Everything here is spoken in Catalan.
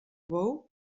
bou